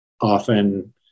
often